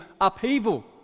upheaval